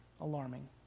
alarming